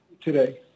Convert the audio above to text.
Today